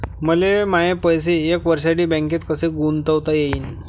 मले माये पैसे एक वर्षासाठी बँकेत कसे गुंतवता येईन?